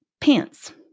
Pants